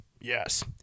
Yes